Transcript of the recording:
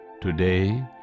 Today